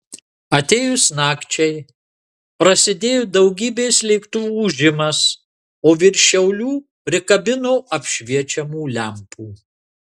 atėjus nakčiai prasidėjo daugybės lėktuvų ūžimas o virš šiaulių prikabino apšviečiamų lempų